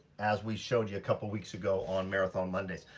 as we showed you a couple of weeks ago on marathon mondays.